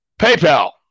PayPal